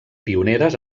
pioneres